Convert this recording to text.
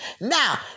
Now